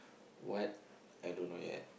what I don't know yet